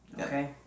Okay